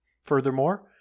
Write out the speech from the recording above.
Furthermore